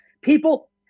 people